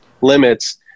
limits